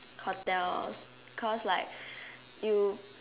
hotels cause like you